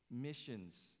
Missions